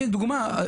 דוגמא,